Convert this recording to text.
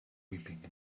weeping